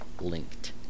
linked